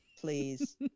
Please